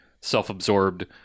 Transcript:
self-absorbed